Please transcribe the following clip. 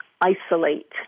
isolate